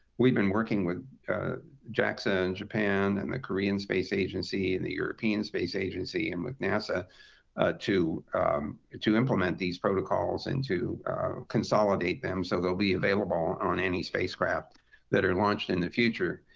we've been working with jaxa in japan, and the korean space agency, and the european space agency, and with nasa to to implement these protocols and to consolidate them so they'll be available on any spacecraft that are launched in the future.